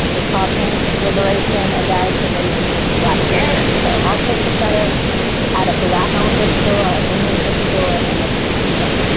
it's called parenting reliberation a guide to raising black jazz. so also pick that up at a black owned bookstore and this bookstore. and if you know,